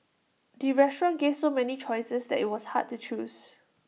the restaurant gave so many choices that IT was hard to choose